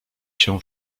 się